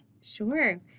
Sure